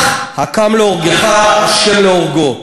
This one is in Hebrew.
לא צריכים להתייחס לכל מילה שהיא אומרת.